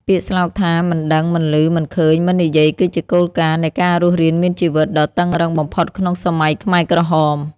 ពាក្យស្លោកថា មិនដឹង មិនឮ មិនឃើញ មិននិយាយគឺជាគោលការណ៍នៃការរស់រានមានជីវិតដ៏តឹងរ៉ឹងបំផុតក្នុងសម័យខ្មែរក្រហម។